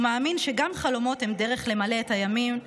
הוא מאמין שגם חלומות הם דרך למלא את הימים שנגזר,